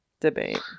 Debate